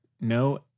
no